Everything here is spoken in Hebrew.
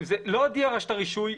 הודיעה רשות הרישוי,